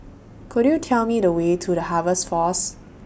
Could YOU Tell Me The Way to The Harvest Force